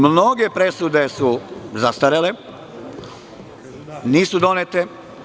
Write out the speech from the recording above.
Mnoge presude su zastarele, nisu donete.